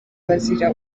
bazira